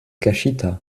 kaŝita